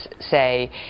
say